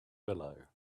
below